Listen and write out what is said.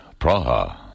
Praha